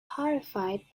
horrified